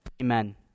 Amen